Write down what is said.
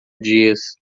dias